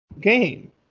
game